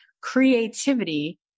Creativity